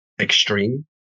extreme